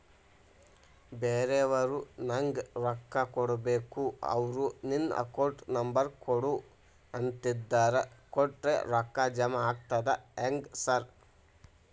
ಬ್ಯಾರೆವರು ನಂಗ್ ರೊಕ್ಕಾ ಕೊಡ್ಬೇಕು ಅವ್ರು ನಿನ್ ಅಕೌಂಟ್ ನಂಬರ್ ಕೊಡು ಅಂತಿದ್ದಾರ ಕೊಟ್ರೆ ರೊಕ್ಕ ಜಮಾ ಆಗ್ತದಾ ಹೆಂಗ್ ಸಾರ್?